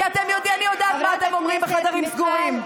כי אני יודעת מה אתם אומרים בחדרים סגורים.